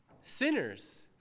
sinners